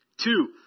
Two